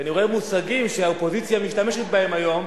כי אני רואה מושגים שהאופוזיציה משתמשת בהם היום,